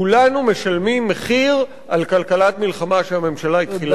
כולנו משלמים מחיר על כלכלת מלחמה שהממשלה התחילה לממן.